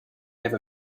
have